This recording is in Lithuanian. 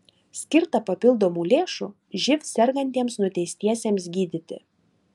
skirta papildomų lėšų živ sergantiems nuteistiesiems gydyti